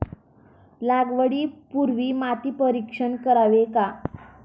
लागवडी पूर्वी माती परीक्षण करावे का?